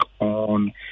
on